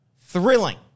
Thrilling